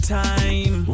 time